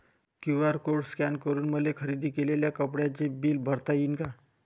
QR code scan करून मले खरेदी केलेल्या कापडाचे बिल भरता यीन का?